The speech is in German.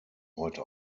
heute